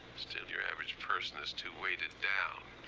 still, your average person is too weighted down.